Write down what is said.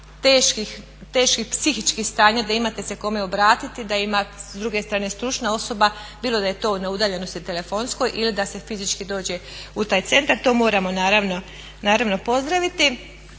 teških psihičkih stanja da imate se kome obratiti, da ima s druge strane stručna osoba, bilo da je to na udaljenosti telefonskoj ili da se fizički dođe u taj centar. To moramo naravno pozdraviti.